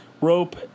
rope